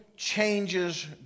changes